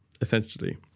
essentially